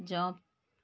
jump